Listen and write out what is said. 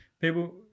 people